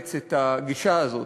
נאמץ את הגישה הזאת.